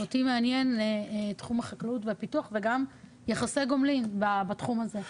אותי מעניין תחום החקלאות והפיתוח וגם יחסי גומלין בתחום הזה,